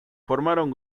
formaron